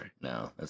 No